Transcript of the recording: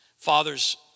Fathers